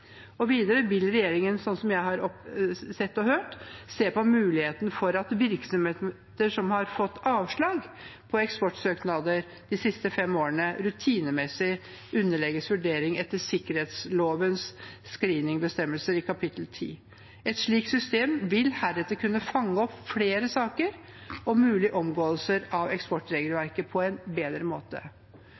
Videre vil regjeringen, slik jeg har sett og hørt, se på muligheten for at virksomheter som har fått avslag på eksportsøknader de siste fem årene, rutinemessig underlegges vurdering etter sikkerhetslovens bestemmelser i kapittel 10. Et slikt system vil heretter kunne fange opp flere saker om mulige omgåelser av eksportregelverket på en bedre måte.